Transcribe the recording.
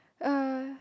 uh